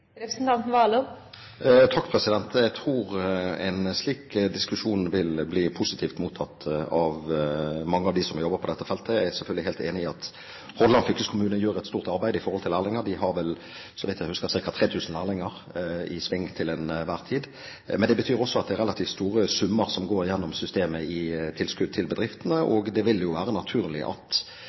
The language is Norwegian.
Jeg tror en slik diskusjon vil bli positivt mottatt av mange av dem som jobber på dette feltet. Jeg er selvfølgelig helt enig i at Hordaland fylkeskommune gjør et stort arbeid i tilknytning til lærlinger. De har, så vidt jeg husker, ca. 3 000 lærlinger i sving til enhver tid. Det betyr også at det er relativt store summer som går gjennom systemet i tilskudd til bedriftene. Det vil være naturlig at